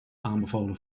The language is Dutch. aanbevolen